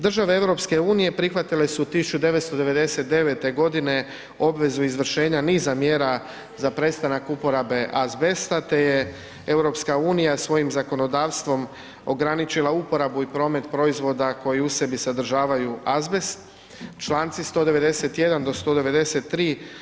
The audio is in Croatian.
Države EU prihvatile su 1999.g. obvezu izvršenja niza mjera za prestanak uporabe azbesta, te je EU svojim zakonodavstvom ograničila uporabu i promet proizvoda koji u sebi sadržavaju azbest, čl. 191. do 193.